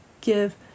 give